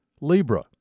Libra